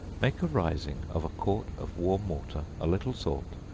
make a rising of a quart of warm water, a little salt,